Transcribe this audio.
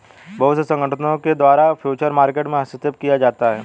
बहुत से संगठनों के द्वारा फ्यूचर मार्केट में हस्तक्षेप किया जाता है